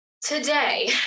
Today